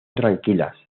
tranquilas